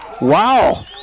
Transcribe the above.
Wow